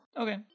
Okay